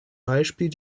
beispiel